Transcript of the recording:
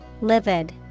Livid